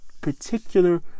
particular